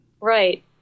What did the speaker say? Right